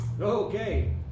Okay